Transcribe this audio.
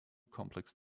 complex